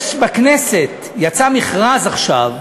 יש בכנסת, יצא מכרז עכשיו,